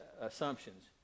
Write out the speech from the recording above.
assumptions